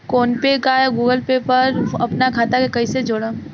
PhonePe या Google Pay पर अपना खाता के कईसे जोड़म?